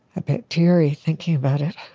a bit teary thinking about it